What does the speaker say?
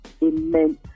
immense